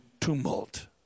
tumult